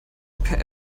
per